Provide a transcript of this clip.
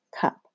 cup